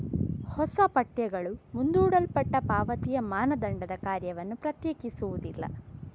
ಹೊಸ ಪಠ್ಯಗಳು ಮುಂದೂಡಲ್ಪಟ್ಟ ಪಾವತಿಯ ಮಾನದಂಡದ ಕಾರ್ಯವನ್ನು ಪ್ರತ್ಯೇಕಿಸುವುದಿಲ್ಲ